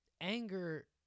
anger